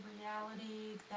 reality